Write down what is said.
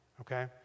Okay